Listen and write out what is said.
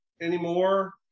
anymore